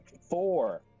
Four